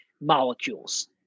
molecules